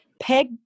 peg